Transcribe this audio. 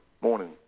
morning